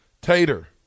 Tater